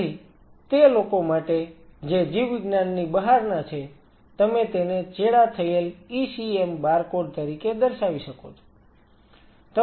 તેથી તે લોકો માટે જે જીવવિજ્ઞાનની બહારના છે તમે તેને ચેડા થયેલ ECM બારકોડ તરીકે દર્શાવી શકો છો